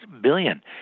billion